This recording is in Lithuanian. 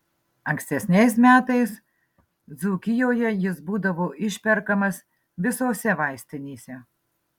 ankstesniais metais dzūkijoje jis būdavo išperkamas visose vaistinėse